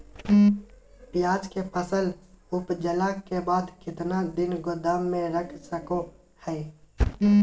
प्याज के फसल उपजला के बाद कितना दिन गोदाम में रख सको हय?